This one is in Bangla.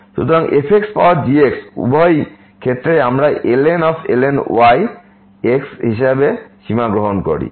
সুতরাং f পাওয়ার g উভয় ক্ষেত্রেই আমরা ln y হিসাবে সীমা গ্রহণ করি